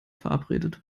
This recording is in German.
verabredet